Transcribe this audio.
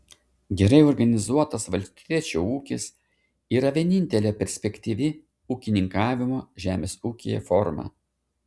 gerai organizuotas valstiečio ūkis yra vienintelė perspektyvi ūkininkavimo žemės ūkyje forma